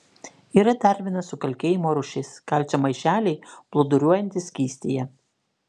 yra dar viena sukalkėjimo rūšis kalcio maišeliai plūduriuojantys skystyje